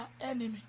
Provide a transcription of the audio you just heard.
enemy